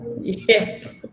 Yes